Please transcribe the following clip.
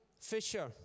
Fisher